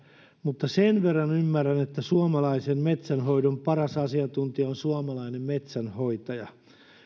mutta sen verran ymmärrän että suomalaisen metsänhoidon paras asiantuntija on suomalainen metsänhoitaja